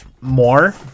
more